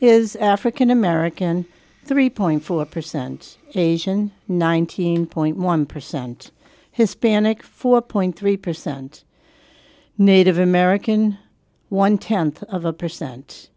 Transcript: is african american three point four percent asian nineteen point one percent hispanic four point three percent native american one tenth of a percent